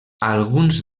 alguns